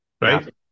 right